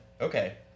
Okay